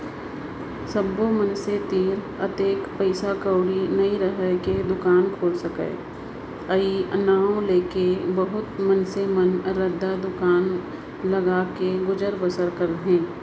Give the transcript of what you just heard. सब्बो मनसे तीर अतेक पइसा कउड़ी नइ राहय के दुकान खोल सकय अई नांव लेके बहुत मनसे मन रद्दा दुकान लगाके गुजर बसर करत हें